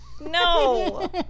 No